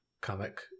comic